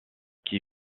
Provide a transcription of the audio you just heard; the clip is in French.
qui